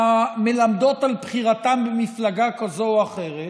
המלמדות על בחירתם במפלגה כזאת או אחרת